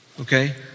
okay